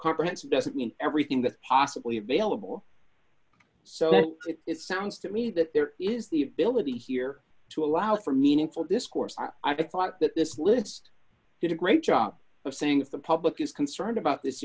comprehensive doesn't mean everything that's possibly available so that it sounds to me that there is the ability here to allow for meaningful discourse i thought that this list did a great job of saying if the public is concerned about this